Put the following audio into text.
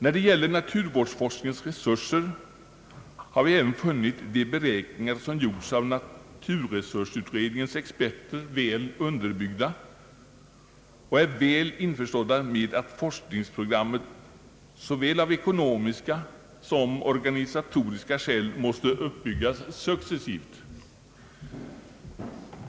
När det gäller naturvårdsforskningens resurser har vi funnit de beräkningar som gjorts av naturresursutredningens experter väl underbyggda och är införstådda med att forskningsprogrammet såväl av ekonomiska som or ganisatoriska skäl måste uppbyggas successivt.